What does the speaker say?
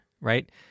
right